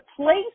place